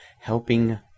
helping